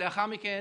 לאחר מכן